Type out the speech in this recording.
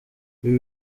ibi